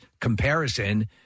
comparison